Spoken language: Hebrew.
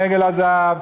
עגל הזהב.